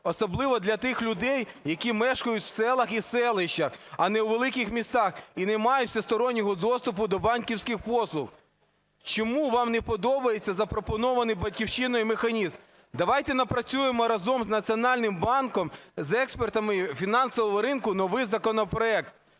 особливо для тих людей, які мешкають в селах і селищах, а не у великих містах і не мають всестороннього доступу до банківських послуг. Чому вам не подобається запропонований "Батьківщиною" механізм? Давайте напрацюємо разом з Національним банком, з експертами фінансового ринку новий законопроект.